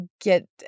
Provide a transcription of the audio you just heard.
get